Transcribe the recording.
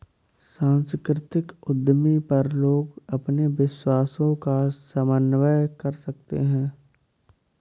सांस्कृतिक उद्यमी पर लोग अपने विश्वासों का समन्वय कर सकते है